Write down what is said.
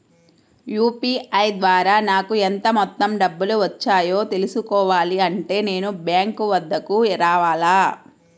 UPI ద్వారా నాకు ఎంత మొత్తం డబ్బులు వచ్చాయో తెలుసుకోవాలి అంటే నేను బ్యాంక్ వద్దకు రావాలా?